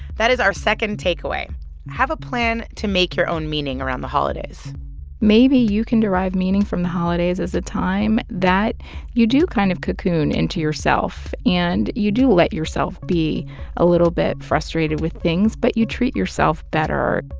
that is our second takeaway have a plan to make your own meaning around the holidays maybe you can derive meaning from the holidays as a time that you do kind of cocoon into yourself and you do let yourself be a little bit frustrated with things, but you treat yourself better.